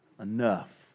enough